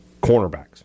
cornerbacks